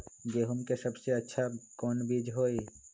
गेंहू के सबसे अच्छा कौन बीज होई?